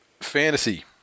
Fantasy